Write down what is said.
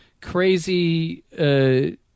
crazy